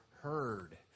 heard